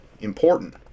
important